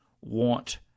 want